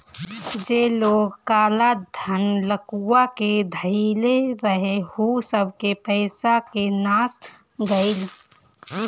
जे लोग काला धन लुकुआ के धइले रहे उ सबके पईसा के नाश हो गईल